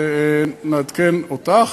ונעדכן אותך,